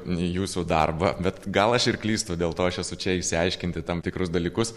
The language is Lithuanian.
jūsų darbą bet gal aš ir klystu dėl to aš esu čia išsiaiškinti tam tikrus dalykus